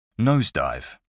Nosedive